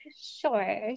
sure